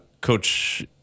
Coach